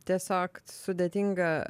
tiesiog sudėtinga